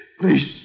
Please